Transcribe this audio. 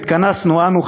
"נתכנסנו אנו,